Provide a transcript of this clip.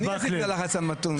אני עשיתי את הלחץ המתון.